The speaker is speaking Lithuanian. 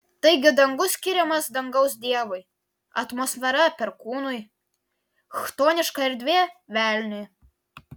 taigi dangus skiriamas dangaus dievui atmosfera perkūnui chtoniška erdvė velniui